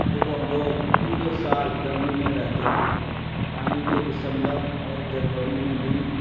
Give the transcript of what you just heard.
اب وہ لوگ پورے سال گرمی میں رہتے ہیں یعنی کہ دسمبر اور جنوری میں بھی